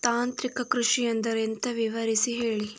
ತಾಂತ್ರಿಕ ಕೃಷಿ ಅಂದ್ರೆ ಎಂತ ವಿವರಿಸಿ ಹೇಳಿ